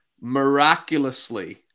miraculously